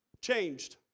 changed